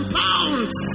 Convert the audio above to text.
pounds